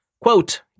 quote